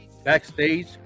Backstage